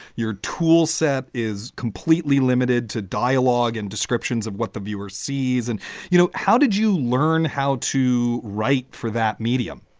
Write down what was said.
your toolset is completely limited to dialogue and descriptions of what the viewer sees and you know. how did you learn how to write for that medium?